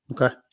okay